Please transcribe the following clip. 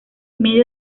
medio